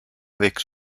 avec